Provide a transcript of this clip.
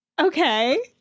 Okay